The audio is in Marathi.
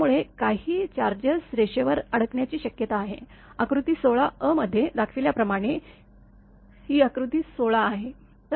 त्यामुळे काही चार्जेस रेषेवर अडकण्याची शक्यता आहे आकृती १६ अ मध्ये दाखवल्याप्रमाणे ही आकृती १६ आहे